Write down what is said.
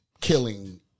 killing